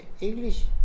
English